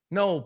no